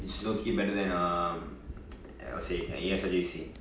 it's lowkey better than um I'll say A_S_R_J_C